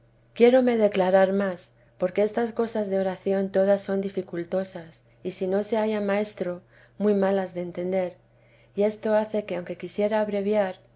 ganancias quiérome declarar más porque estas cosas de oración todas son dificultosas y si no se halla maestro muy malas de entender y esto hace que aunque quisiera abreviar